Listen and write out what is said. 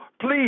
please